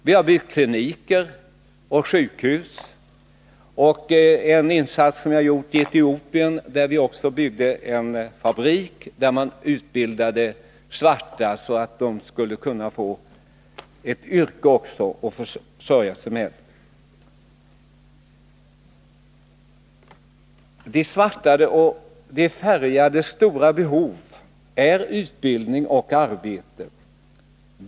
Vi har byggt kliniker och sjukhus, och i Etiopien har vi också byggt en fabrik där man utbildar svarta så att de skall kunna få ett yrke att försörja sig De svartas och de färgades stora behov gäller utbildning och arbete.